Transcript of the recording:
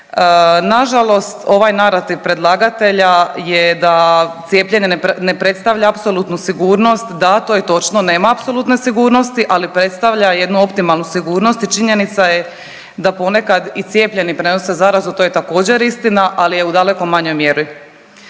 Nažalost ovaj narativ predlagatelja je da cijepljenje ne predstavlja apsolutnu sigurnost, da to je točno nema apsolutne sigurnosti, ali predstavlja jednu optimalnu sigurnost i činjenica je da ponekad i cijepljeni prenose zarazu, to je također istina, ali je u daleko manjoj mjeri.